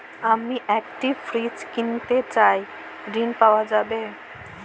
আমি একটি ফ্রিজ কিনতে চাই ঝণ পাওয়া যাবে?